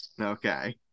Okay